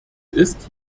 ist